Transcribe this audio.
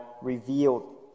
revealed